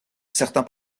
certains